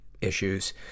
issues